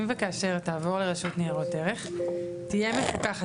אם וכאשר תעבור לרשות ניירות ערך תהיה מפוקחת,